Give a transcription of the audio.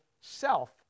self